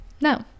no